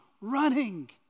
running